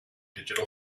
digital